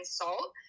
salt